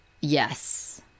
Yes